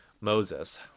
Moses